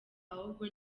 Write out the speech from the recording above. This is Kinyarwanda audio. ahubwo